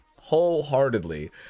wholeheartedly